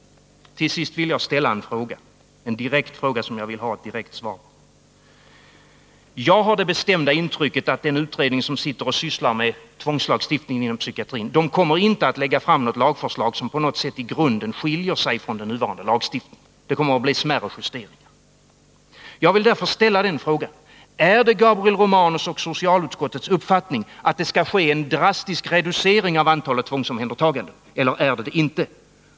Jag vill ställa en direkt fråga som jag önskar ett direkt svar på. Jag har det bestämda intrycket att den utredning som sitter och sysslar med tvångslagstiftningen inom psykiatrin inte kommer att lägga fram något lagförslag som på något sätt i grunden skiljer sig från den nuvarande lagstiftningen. Det kommer bara att bli smärre justeringar. Jag vill därför fråga: Är det Gabriel Romanus och socialutskottets uppfattning att det bör ske en drastisk reducering av antalet tvångsomhändertaganden eller är det det inte?